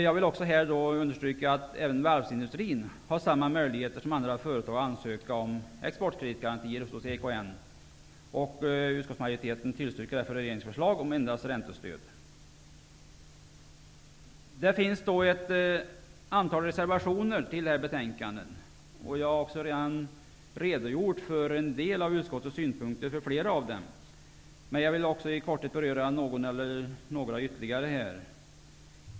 Jag vill också här understryka att även varvsindustrin har samma möjligheter som andra företag att ansöka om exportkreditgarantier hos EKN. Utskottsmajoriteten tillstyrker därför regeringens förslag om endast räntestöd. Det finns ett antal reservationer till detta betänkande. Jag har redan redogjort för en del av utskottets synpunkter för flera av dem. Jag vill i korthet ytterligare beröra någon eller några reservationer.